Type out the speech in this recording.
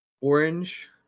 orange